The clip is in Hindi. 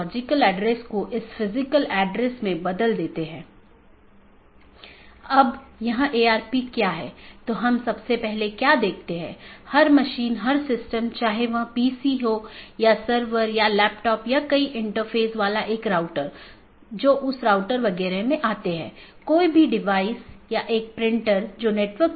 जैसे अगर मै कहूं कि पैकेट न 1 को ऑटॉनमस सिस्टम 6 8 9 10 या 6 8 9 12 और उसके बाद गंतव्य स्थान पर पहुँचना चाहिए तो यह ऑटॉनमस सिस्टम का एक क्रमिक सेट है